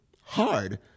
hard